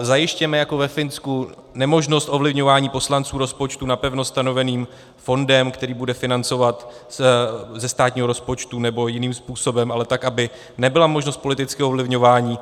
Zajistěme jako ve Finsku nemožnost ovlivňování poslanců rozpočtu napevno stanoveným fondem, který bude financován ze státního rozpočtu nebo jiným způsobem, ale tak, aby nebyla možnost politického ovlivňování.